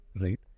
right